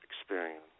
experience